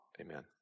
Amen